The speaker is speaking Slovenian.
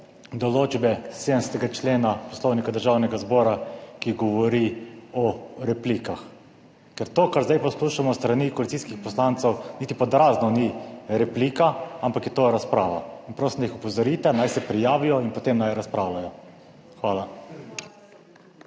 določbe 70. člena Poslovnika Državnega zbora, ki govori o replikah. To, kar zdaj poslušamo s strani koalicijskih poslancev, niti pod razno ni replika, ampak je to razprava. Prosim, da jih opozorite, naj se prijavijo in potem naj razpravljajo. Hvala.